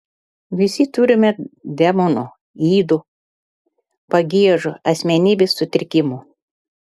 visi turime demonų ydų pagiežų asmenybės sutrikimų